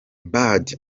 bad